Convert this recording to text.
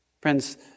Friends